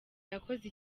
yakoze